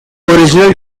original